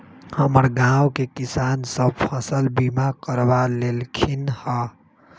हमर गांव के किसान सभ फसल बीमा करबा लेलखिन्ह ह